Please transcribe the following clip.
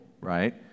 right